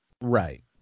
Right